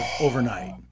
overnight